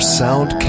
sound